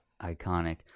iconic